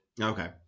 Okay